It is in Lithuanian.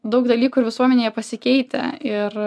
daug dalykų ir visuomenėje pasikeitę ir